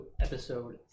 episode